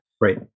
right